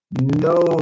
no